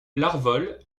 larvol